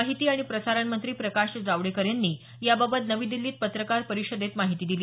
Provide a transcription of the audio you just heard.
माहिती आणि प्रसारणमंत्री प्रकाश जावडेकर यांनी याबाबत नवी दिल्लीत पत्रकात परिषदेत माहिती दिली